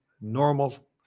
normal